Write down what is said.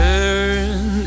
Turn